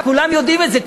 כולם יודעים את זה,